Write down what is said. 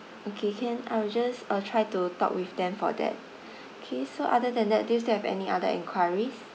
okay can I'll just uh try to talk with them for that okay so other than that do you still have any other enquiries